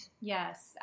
Yes